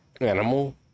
Animal